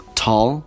tall